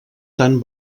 tan